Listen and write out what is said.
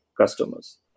customers